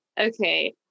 okay